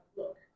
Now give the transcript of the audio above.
look